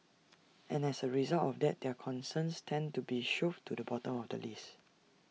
and as A result of that their concerns tend to be shoved to the bottom of the list